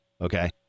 okay